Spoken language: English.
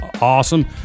awesome